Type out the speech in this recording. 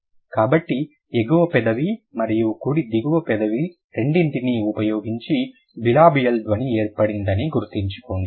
కాబట్టి ఎగువ పెదవి మరియు కుడి దిగువ పెదవి రెండింటినీ ఉపయోగించి బిలాబియల్ ధ్వని ఏర్పడిందని గుర్తుంచుకోండి